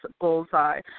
Bullseye